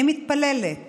אני מתפללת